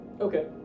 Okay